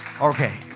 okay